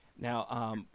Now